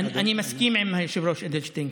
אני מסכים עם היושב-ראש אדלשטיין,